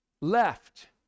left